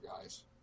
guys